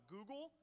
Google